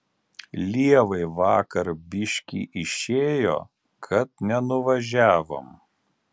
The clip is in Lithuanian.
lievai vakar biškį išėjo kad nenuvažiavom